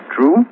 true